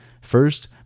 First